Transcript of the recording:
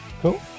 cool